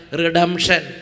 redemption